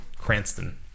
Cranston